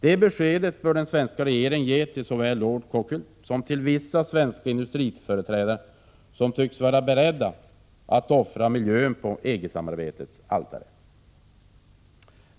Det beskedet bör den svenska regeringen ge såväl till lord Cockfield som till vissa svenska industriföreträdare, som tycks vara beredda att offra miljön på EG-samarbetets altare.